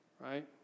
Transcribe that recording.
right